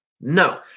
no